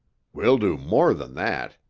we'll do more than that.